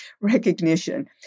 recognition